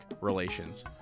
relations